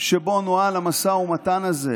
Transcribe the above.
שבו נוהל המשא ומתן הזה